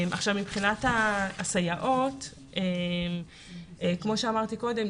מבחינת הסייעות כמו שאמרתי קודם,